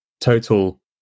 total